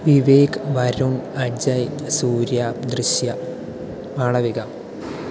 Vivek Varun Ajay Surya Drishya Malavika